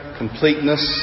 completeness